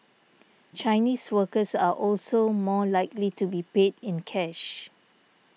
Chinese workers are also more likely to be paid in cash